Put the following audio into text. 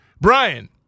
Brian